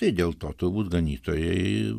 tai dėl to turbūt ganytojai